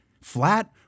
flat